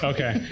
Okay